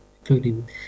including